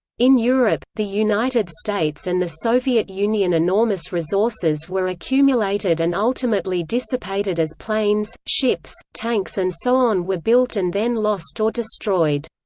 in europe, the united states and the soviet union enormous resources were accumulated and ultimately dissipated as planes, ships, tanks and so on were built and then lost or destroyed.